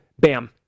Bam